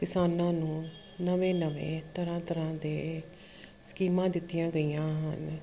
ਕਿਸਾਨਾਂ ਨੂੰ ਨਵੇਂ ਨਵੇਂ ਤਰ੍ਹਾਂ ਤਰ੍ਹਾਂ ਦੇ ਸਕੀਮਾਂ ਦਿੱਤੀਆਂ ਗਈਆਂ ਹਨ